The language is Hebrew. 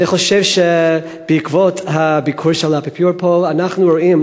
אני חושב שבעקבות הביקור של האפיפיור פה אנחנו רואים,